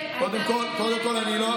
אם לא היה לך מה להסתיר היית בא,